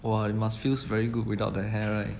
!wah! you must feels very good without the hair right